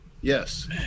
Yes